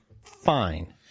fine